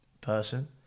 person